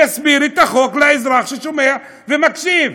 יסביר את החוק לאזרח ששומע ומקשיב,